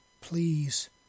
Please